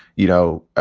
you know,